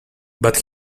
but